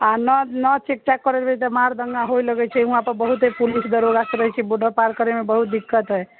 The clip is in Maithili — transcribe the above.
आ नहहि नहि चेक चाक करऽ देम तऽ मार दङ्गा हुअ लगैत छै उहाँ पर बहुते पुलिस दरोगा सभ रहैत छै बोर्डर पर पार करैमे बहुत दिक्कत होइ